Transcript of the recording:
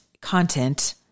content